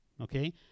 okay